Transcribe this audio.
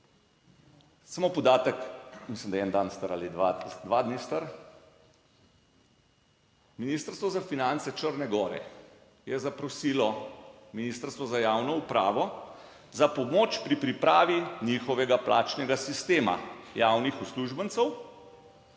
Samo podatek, mislim, da je en dan star ali dva, dva dni star. Ministrstvo za finance Črne gore je zaprosilo Ministrstvo za javno upravo za pomoč pri pripravi njihovega plačnega sistema **118. TRAK